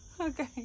Okay